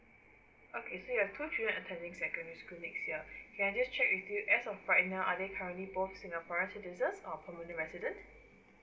okay so you have two children attending secondary school next year can I just check with you as of right now are they currently both singaporean citizens or permanent resident